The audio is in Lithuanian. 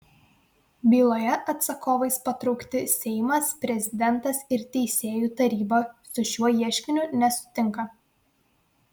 byloje atsakovais patraukti seimas prezidentas ir teisėjų taryba su šiuo ieškiniu nesutinka